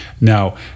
Now